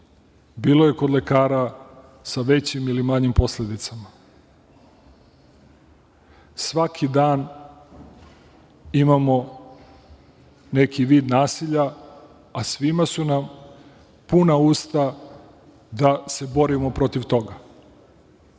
bilo je kod lekara sa većim ili manjim posledicama. Svaki dan imamo neki vid nasilja, a svima su nam puna usta da se borimo protiv toga.